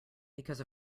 because